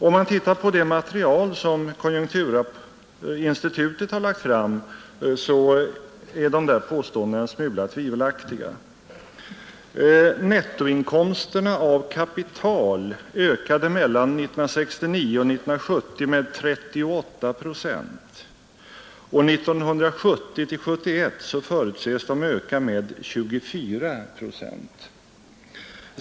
Om man tittar på det material som konjunkturinstitutet lagt fram verkar dessa påståenden en smula tvivelaktiga. Nettoinkomsterna av kapital ökade mellan 1969 och 1970 med 38 procent och 1970/71 förutses en ökning med 24 procent.